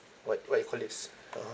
what what you call this (uh huh)